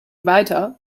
weiter